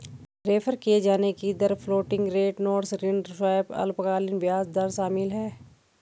refer किये जाने की दर फ्लोटिंग रेट नोट्स ऋण स्वैप अल्पकालिक ब्याज दर शामिल है